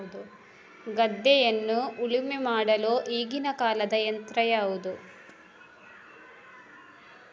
ಗದ್ದೆಯನ್ನು ಉಳುಮೆ ಮಾಡಲು ಈಗಿನ ಕಾಲದ ಯಂತ್ರ ಯಾವುದು?